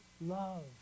love